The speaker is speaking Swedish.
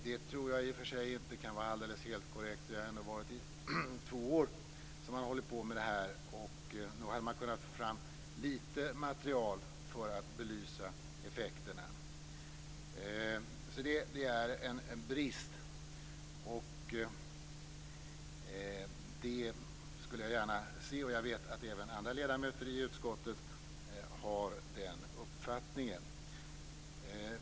Det tror jag i och för sig inte kan vara alldeles korrekt. Man har ändå hållit på med det här i två år. Nog hade man kunnat få fram lite material för att belysa effekterna. Det är alltså en brist. Jag skulle gärna se detta, och jag vet att även andra ledamöter i utskottet har den uppfattningen.